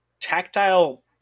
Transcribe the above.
tactile